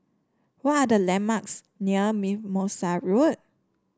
what are the landmarks near Mimosa Road